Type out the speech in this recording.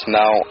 now